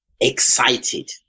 Excited